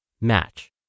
match